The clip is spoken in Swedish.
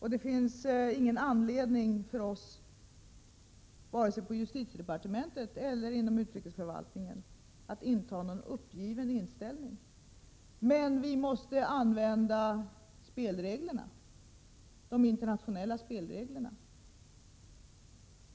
Det finns ingen anledning för oss, varken på justitiedepartementet eller inom utrikesförvaltningen, att inta någon uppgiven ståndpunkt. Men vi måste använda de internationella spelreglerna.